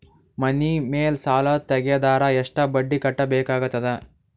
ಮನಿ ಮೇಲ್ ಸಾಲ ತೆಗೆದರ ಎಷ್ಟ ಬಡ್ಡಿ ಕಟ್ಟಬೇಕಾಗತದ?